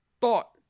thought